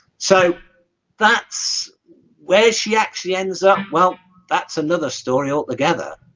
so that's where she actually ends up well? that's another story altogether